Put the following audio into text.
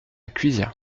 cuisia